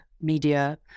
media